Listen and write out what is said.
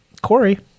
Corey